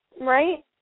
right